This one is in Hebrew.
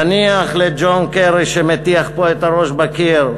נניח לג'ון קרי שמטיח פה את הראש בקיר.